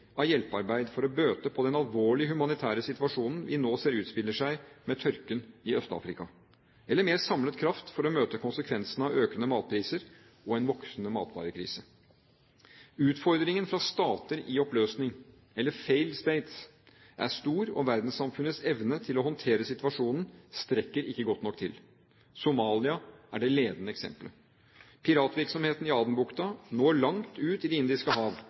av hjelpearbeid for å bøte på den alvorlige humanitære situasjonen vi ser nå utspiller seg med tørken i Øst-Afrika, eller mer samlet kraft for å møte konsekvensene av økende matpriser og en voksende matvarekrise. Utfordringen fra stater i oppløsning, eller «failed states», er stor, og verdenssamfunnets evne til å håndtere situasjonen strekker ikke godt nok til. Somalia er det ledende eksemplet. Piratvirksomheten i Adenbukta når langt ut i Det indiske hav